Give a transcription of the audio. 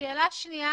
שאלה שנייה